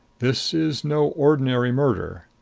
this is no ordinary murder.